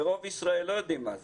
רוב ישראל לא יודעים מה זה.